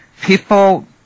People